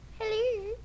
Hello